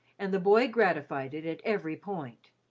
and the boy gratified it at every point.